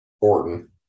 Orton